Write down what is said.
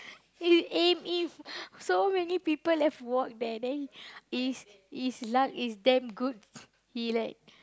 he eh if so many people have walked there then his his luck is damn good he like